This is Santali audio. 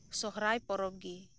ᱥᱚᱦᱚᱨᱟᱭ ᱯᱚᱨᱚᱵᱽᱜᱮ